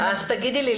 בגלל סגירה,